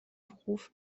beruf